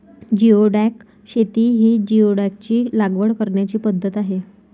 geoduck शेती ही जिओडॅकची लागवड करण्याची पद्धत आहे